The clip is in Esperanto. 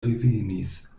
revenis